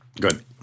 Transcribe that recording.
Good